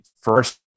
first